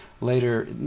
later